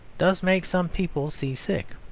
does make some people seasick.